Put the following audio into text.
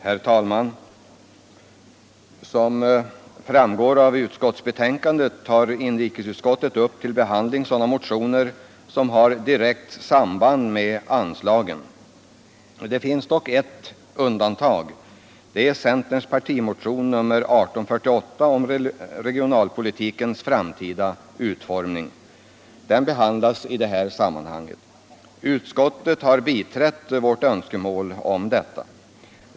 Herr talman! Som framgår av utskottsbetänkandet tar inrikesutskottet upp till behandling sådana motioner som har direkt samband med anslagen. Det finns dock ett undantag, nämligen centerns partimotion 1848 om regionalpolitikens framtida utformning. Den behandlas i detta sammanhang. Utskottet har biträtt vårt önskemål att så skulle ske.